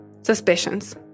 suspicions